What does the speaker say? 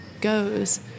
goes